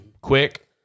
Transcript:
quick